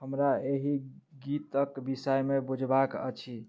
हमरा एहि गीतक विषयमे बुझबाक अछि